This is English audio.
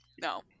no